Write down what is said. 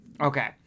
Okay